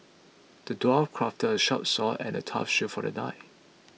the dwarf crafted a sharp sword and a tough shield for the knight